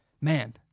man